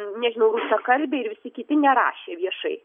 nežinau rusakalbiai ir visi kiti nerašė viešai